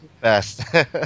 best